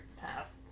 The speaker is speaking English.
Pass